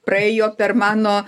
praėjo per mano